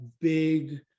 big